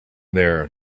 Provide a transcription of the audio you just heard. there